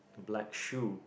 black shoe